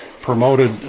promoted